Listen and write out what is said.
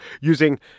using